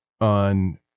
on